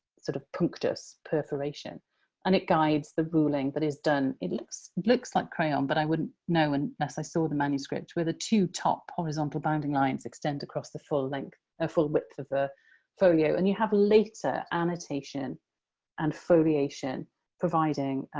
sort of punctus perforation and it guides the ruling that is done. it looks looks like crayon but i wouldn't know and unless i saw the manuscript where the two top horizontal bounding lines extend across the full length ah full width of the folio. and you have a later annotation and foliation providing,